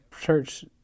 church